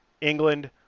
England